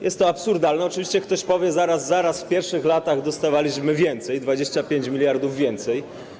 Jest to absurdalne, oczywiście ktoś powie: Zaraz, zaraz w pierwszych latach dostawaliśmy więcej, 25 mld więcej.